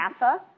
NASA